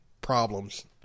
problems